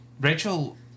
Rachel